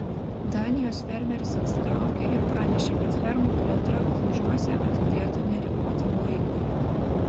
danijos fermeris atsitraukė ir pranešė kad fermų plėtra grūžiuose atidėta neribotam laikui